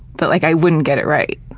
that, like, i wouldn't get it right.